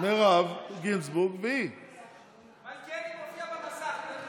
מלכיאלי מופיע במסך.